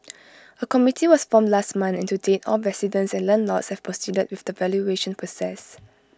A committee was formed last month and to date all residents and landlords have proceeded with the valuation process